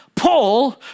Paul